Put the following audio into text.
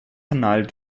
canal